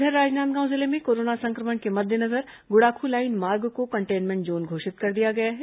इधर राजनांदगांव जिले में कोरोना संक्रमण के मद्देनजर गुड़ाख् लाइन मार्ग को कंटेनमेंट जोन घोषित कर दिया गया है